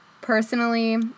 Personally